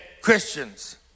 Christians